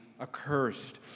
accursed